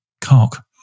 cock